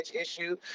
issue